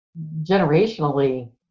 generationally